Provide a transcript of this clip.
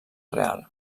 real